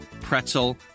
pretzel